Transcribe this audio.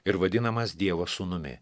ir vadinamas dievo sūnumi